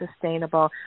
sustainable